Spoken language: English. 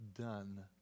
done